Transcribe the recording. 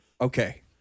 Okay